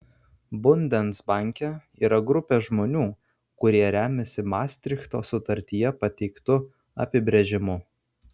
bundesbanke yra grupė žmonių kurie remiasi mastrichto sutartyje pateiktu apibrėžimu